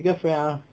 一个 friend ah